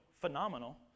phenomenal